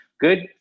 Good